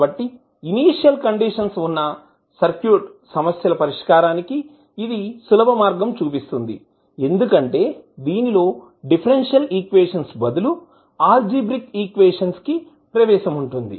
కాబట్టి initial conditions వున్న circuit సమస్యల పరిష్కారానికి ఇది సులభ మార్గం చూపిస్తుంది ఎందుకంటే దీనిలో డిఫరెన్షియల్ ఈక్వేషన్స్ బదులు అల్జిబ్రిక్ ఈక్వేషన్స్ కి ప్రవేశం ఉంటుంది